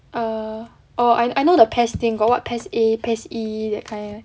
err oh I know the PES thing got what PES a PES E that kind right